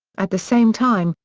at the same time,